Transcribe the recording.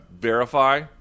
verify